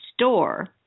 Store